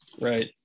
Right